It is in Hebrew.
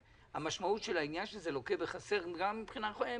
המשמעות של העניין היא שזה לוקה בחסר גם מבחינה משפטית.